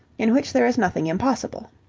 in which there is nothing impossible.